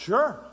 Sure